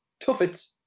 tuffets